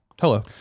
Hello